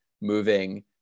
moving